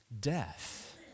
death